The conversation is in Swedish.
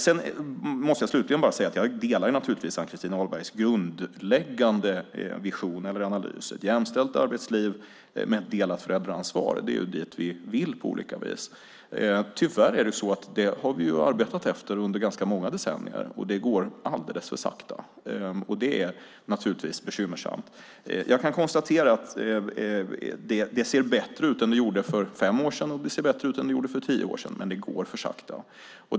Jag måste slutligen säga att jag naturligtvis delar Ann-Christin Ahlbergs analys och grundläggande vision om ett jämställt arbetsliv med ett delat föräldraansvar. Det är dit vi vill på olika vis. Tyvärr har vi arbetat för detta under ganska många decennier, och det går alldeles för sakta. Det är naturligtvis bekymmersamt. Jag kan ändå konstatera att det ser bättre ut än det gjorde för fem år sedan. Det ser bättre ut än det gjorde för tio år sedan, men det går för sakta.